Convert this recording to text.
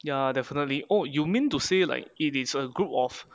ya definitely oh you mean to say like it is a group of